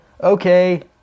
okay